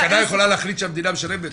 התקנה יכולה להחליט שהמדינה משלמת?